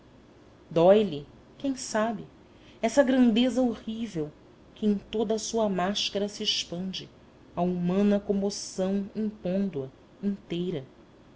quem sabe essa grandeza horrível que em toda a sua máscara se expande à humana comoção impondo a inteira